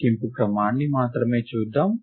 లెక్కింపు క్రమాన్ని మాత్రమే చూద్దాం